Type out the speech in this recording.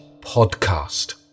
podcast